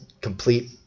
complete